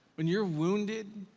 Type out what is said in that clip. when you're wounded,